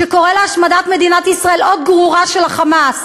שקורא להשמדת מדינת ישראל, עוד גרורה של ה"חמאס".